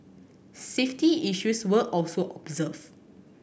safety issues were also observed